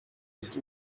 ist